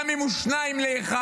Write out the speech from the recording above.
גם אם הוא שניים לאחד.